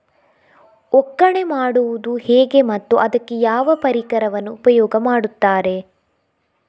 ಒಕ್ಕಣೆ ಮಾಡುವುದು ಹೇಗೆ ಮತ್ತು ಅದಕ್ಕೆ ಯಾವ ಪರಿಕರವನ್ನು ಉಪಯೋಗ ಮಾಡುತ್ತಾರೆ?